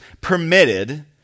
permitted